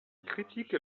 critique